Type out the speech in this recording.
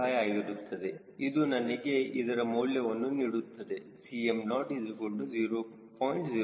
15 ಆಗಿರುತ್ತದೆ ಇದು ನನಗೆ ಇದರ ಮೌಲ್ಯವನ್ನು ನೀಡುತ್ತದೆ 𝐶mO 0